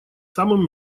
самым